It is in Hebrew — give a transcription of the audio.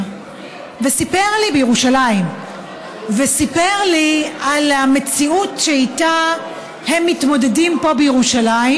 וסיפר לי על המציאות שאיתה הם מתמודדים פה בירושלים,